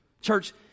Church